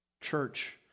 Church